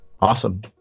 Awesome